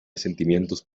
sentimientos